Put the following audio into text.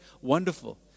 wonderful